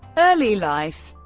early life